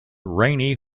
rainy